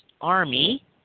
army